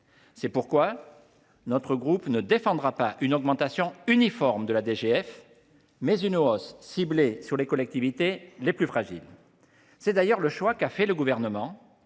C’est pourquoi notre groupe défendra non pas une augmentation uniforme de la DGF, mais une hausse ciblée sur les collectivités les plus fragiles. C’est d’ailleurs le choix que le Gouvernement